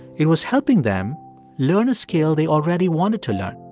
it was helping them learn a skill they already wanted to learn